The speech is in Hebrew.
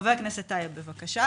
חבר הכנסת טייב, בבקשה.